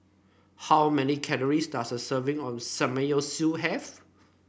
how many calories does a serving of Samgeyopsal have